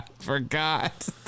Forgot